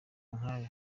nk’ayo